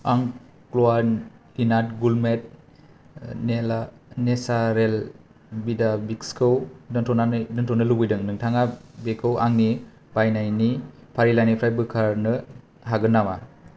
आं क्वालिनाट गुरमेट नेसारेल विटा मिक्सखौ दोनथ'नो लुबैदों नोंथाङा बेखौ आंनि बायनायनि फारिलाइनिफ्राय बोखारनो हागोन नामा